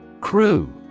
Crew